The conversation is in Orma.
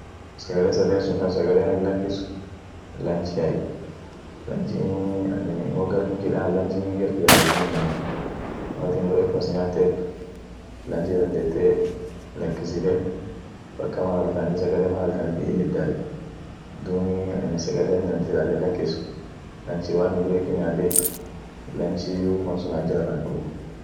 Sagale saden sun kas sagale anin lakis, lanchiay, lanchinii anin wo garkinki daan lanchinii garkiyan lazimamu, woatin brekfast nyatet, lanchi dandete lakkisite paka mal halkani sagale mal halkanitin hieday, duumi anin sagale anin silaate lakis lanchi, woanin breki nyadeet lanchiyu malsun haja irra hinkabu.